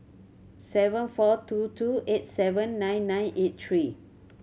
seven four two two eight seven nine nine eight three